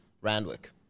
Randwick